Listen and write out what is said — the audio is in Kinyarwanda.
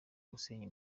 gusenya